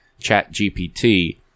ChatGPT